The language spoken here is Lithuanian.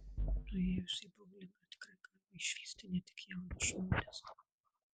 nuėjus į boulingą tikrai galima išvysti ne tik jaunus žmones